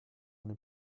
eine